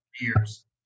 years